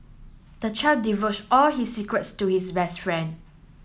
the child divulged all his secrets to his best friend